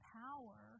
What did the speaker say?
power